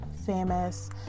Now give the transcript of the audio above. famous